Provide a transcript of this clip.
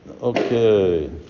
Okay